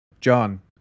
John